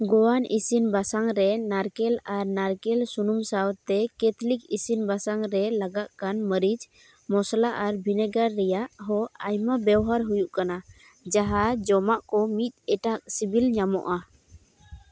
ᱜᱳᱭᱟᱱ ᱤᱥᱤᱱ ᱵᱟᱥᱟᱝ ᱨᱮ ᱱᱟᱨᱠᱮᱞ ᱟᱨ ᱱᱟᱨᱠᱮᱞ ᱥᱩᱱᱩᱢ ᱥᱟᱶᱛᱮ ᱠᱮᱛᱷᱞᱤᱠ ᱤᱥᱤᱱ ᱵᱟᱥᱟᱝ ᱨᱮ ᱞᱟᱜᱟᱜ ᱠᱟᱱ ᱢᱟᱹᱨᱤᱪ ᱢᱚᱥᱞᱟ ᱟᱨ ᱵᱷᱤᱱᱮᱜᱨ ᱨᱮᱭᱟᱜ ᱦᱚ ᱟᱭᱢᱟ ᱵᱮᱣᱦᱟᱨ ᱦᱩᱭᱩᱜ ᱠᱟᱱᱟ ᱡᱟᱦᱟᱸ ᱡᱚᱢᱟᱜ ᱠᱚ ᱢᱤᱫ ᱮᱴᱟᱜ ᱥᱤᱵᱤᱞ ᱧᱟᱢᱚᱜᱼᱟ